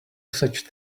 such